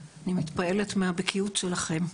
אני מתפעלת מהבקיאות שלכם.